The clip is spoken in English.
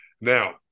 Now